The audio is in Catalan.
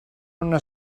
una